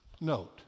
note